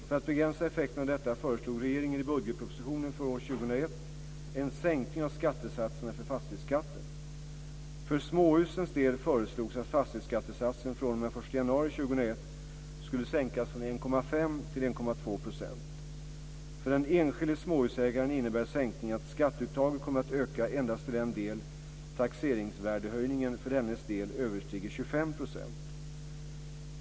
För att begränsa effekterna av detta föreslog regeringen i budgetpropositionen för 2001 en sänkning av skattesatserna för fastighetsskatten. För småhusens del föreslogs att fastighetsskattesatsen fr.o.m. den 1 januari 2001 skulle sänkas från 1,5 till 1,2 %. För den enskilde småhusägaren innebär sänkningen att skatteuttaget kommer att öka endast till den del taxeringsvärdehöjningen för dennes del överstiger 25 %.